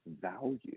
value